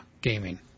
gaming